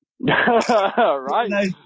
Right